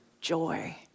joy